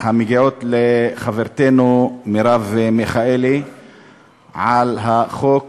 המגיעות לחברתנו מרב מיכאלי על החוק החשוב,